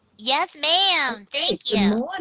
yes, ma'am. thank you.